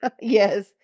Yes